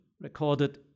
recorded